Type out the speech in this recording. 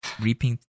reaping